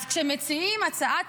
אז כשמציעים הצעת